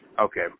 Okay